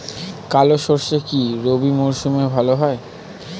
কালো সরষে কি রবি মরশুমে ভালো হয়?